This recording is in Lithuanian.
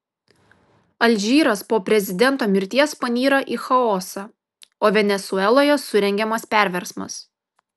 alžyras po prezidento mirties panyra į chaosą o venesueloje surengiamas perversmas